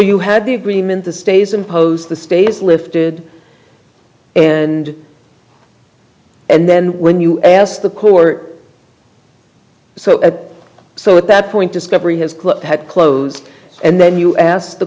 you had the agreement the stays in post the status lifted and and then when you asked the court so a so at that point discovery has had close and then you asked the